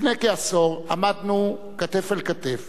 לפני כעשור עמדנו כתף אל כתף,